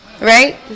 Right